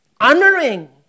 honoring